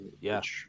Yes